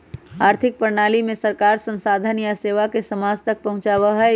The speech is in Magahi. आर्थिक प्रणाली में सरकार संसाधन या सेवा के समाज तक पहुंचावा हई